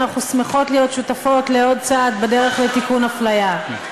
אנחנו שמחות להיות שותפות לעוד צעד בדרך לתיקון אפליה.